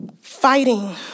fighting